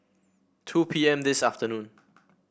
two P M this afternoon